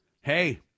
Hey